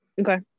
okay